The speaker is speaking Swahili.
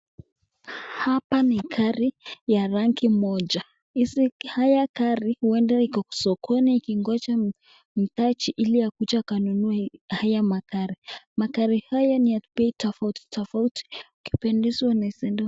Hapa ni gari ya rangi moja. Haya gari huenda iko kwa sokoni iningojea mteja ili akaje akanunue haya magari. Magari haya ni ya bei tofauti tofauti ukipendezwa na.